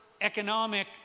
economic